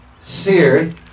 Seared